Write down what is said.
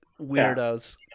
weirdos